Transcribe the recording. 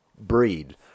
Breed